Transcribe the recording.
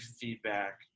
feedback